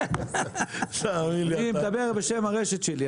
אני מדבר בשם הרשת שלי,